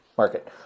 market